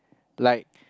like